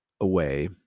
away